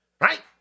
right